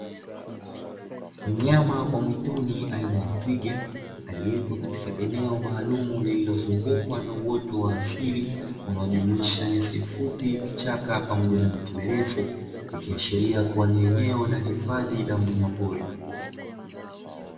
Mnyama wa mwituni aina ya twiga, aliepo katika eneo maalumu lililozungukwa na uoto wa asili unaojumuisha nyasi fupi, vichaka pamoja na miti mirefu. Ikiashiria kuwa ni eneo la hifadhi la wanyama pori.